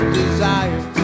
desire